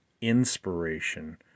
inspiration